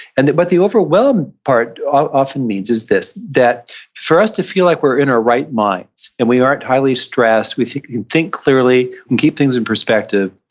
and what but the overwhelm part often means is this, that for us to feel like we're in our right minds and we aren't highly stressed, we can think clearly and keep things in perspective,